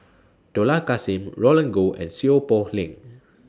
Dollah Kassim Roland Goh and Seow Poh Leng